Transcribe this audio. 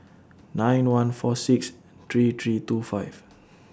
nine one four six three three two five